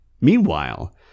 Meanwhile